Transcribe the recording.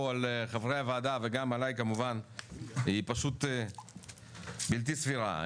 על חברי הוועדה וגם עלי כמובן היא פשוט בלתי סבירה.